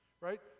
right